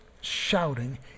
shouting